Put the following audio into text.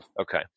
Okay